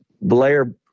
Blair